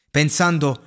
pensando